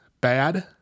bad